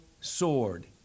sword